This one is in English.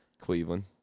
Cleveland